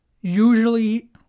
usually